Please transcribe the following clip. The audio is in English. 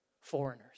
foreigners